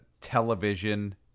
television